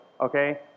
okay